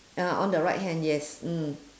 uh on the right hand yes mm